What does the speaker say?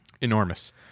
Enormous